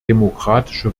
demokratische